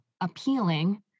appealing